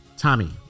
Tommy